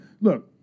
look